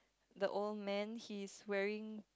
the old man he's wearing